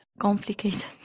complicated